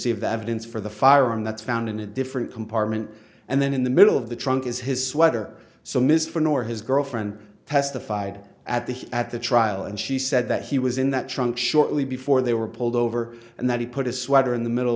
of evidence for the firearm that's found in a different compartment and then in the middle of the trunk is his sweater so mr nor his girlfriend testified at the at the trial and she said that he was in that trunk shortly before they were pulled over and that he put his sweater in the middle